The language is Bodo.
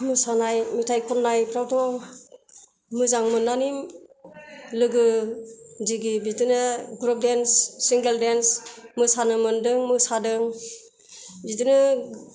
मोसानाय मेथाइ खन्नाइफ्रावथ' मोजां मोननानै लोगो दिगि बिदिनो ग्रुप डेन्स सिंगेल डेन्स मोसानो मोन्दों मोसादों बिदिनो